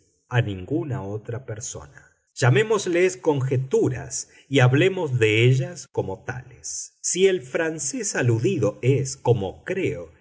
a ninguna otra persona llamémoslas conjeturas y hablemos de ellas como tales si el francés aludido es como creo